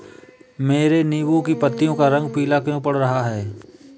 मेरे नींबू की पत्तियों का रंग पीला क्यो पड़ रहा है?